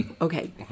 Okay